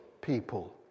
people